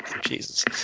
Jesus